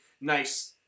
nice